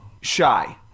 shy